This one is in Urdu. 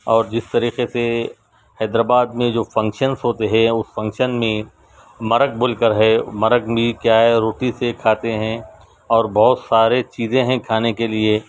اور جس طریقے سے حیدرآباد میں جو فنکشنس ہوتے ہیں اس فنکشن میں مرگ بول کر ہے مرگ میں کیا ہے روٹی سے کھاتے ہیں اور بہت سارے چیزیں ہیں کھانے کے لیے